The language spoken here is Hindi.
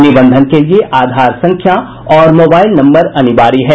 निबंधन के लिये आधार संख्या और मोबाइल नम्बर अनिवार्य है